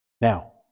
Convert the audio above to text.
Now